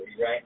right